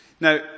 Now